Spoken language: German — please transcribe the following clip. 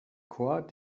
corps